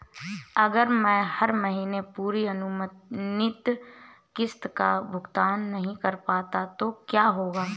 अगर मैं हर महीने पूरी अनुमानित किश्त का भुगतान नहीं कर पाता तो क्या होगा?